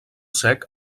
sec